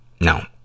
No